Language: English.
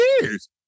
years